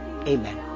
Amen